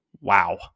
wow